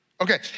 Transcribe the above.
okay